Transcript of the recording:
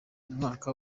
umwaka